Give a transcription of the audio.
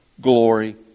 glory